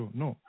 no